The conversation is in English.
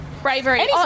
Bravery